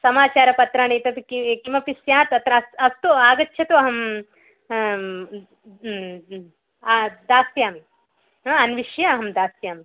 समाचारपत्राणि एतद् किमपि स्यात् अत्र अस्तु आगच्छतु अहम् दास्यामि अन्विष्य अहं दास्यामि